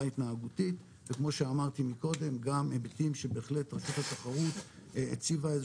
התנהגותית וכמו שאמרתי מקודם גם היבטים שבהחלט רשות התחרות הציבה איזה